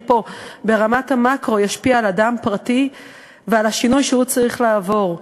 פה ברמת המקרו ישפיע על אדם פרטי ועל השינוי שהוא צריך לעבור.